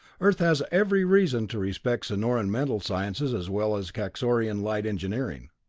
earth has every reason to respect sonoran mental sciences as well as kaxorian light-engineering.